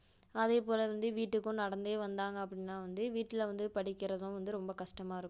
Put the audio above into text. அதேப் போல் வந்து வீட்டுக்கும் நடந்தே வந்தாங்கள் அப்படின்னா வந்து வீட்டில் வந்து படிக்கிறதும் வந்து ரொம்ப கஷ்டமாக இருக்கும்